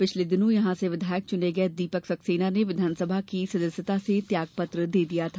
पिछले दिनों यहां से विधायक चुने गये दीपक सक्सेना ने विधानसभा की सदस्यता से त्यागपत्र दे दिया था